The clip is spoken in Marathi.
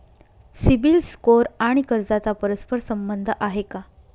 सिबिल स्कोअर आणि कर्जाचा परस्पर संबंध आहे का?